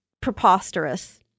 preposterous